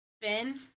Ben